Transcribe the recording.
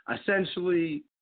essentially